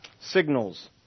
signals